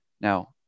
Now